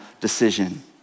decision